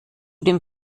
dem